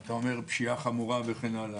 אתה אומר פשיעה חמורה, וכן הלאה.